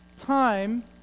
time